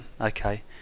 okay